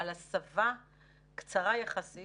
על הסבה קצרה יחסית